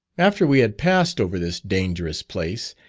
after we had passed over this dangerous place,